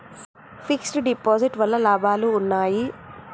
Fix డ్ deposit వల్ల లాభాలు ఉన్నాయి?